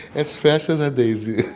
as fresh as a daisy